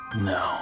No